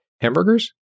hamburgers